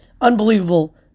Unbelievable